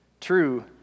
true